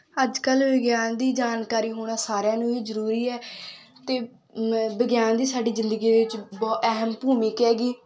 ਅੱਜ ਕੱਲ੍ਹ ਵਿਗਿਆਨ ਦੀ ਜਾਣਕਾਰੀ ਹੋਣਾ ਸਾਰਿਆਂ ਨੂੰ ਹੀ ਜ਼ਰੂਰੀ ਹੈ ਅਤੇ ਮ ਵਿਗਿਆਨ ਦੀ ਸਾਡੀ ਜ਼ਿੰਦਗੀ ਦੇ ਵਿੱਚ ਬਹੁ ਅਹਿਮ ਭੂਮਿਕਾ ਹੈਗੀ